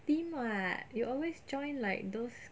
team [what] you always join like those